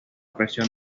presión